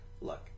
Look